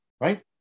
right